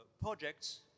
projects